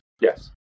Yes